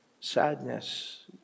sadness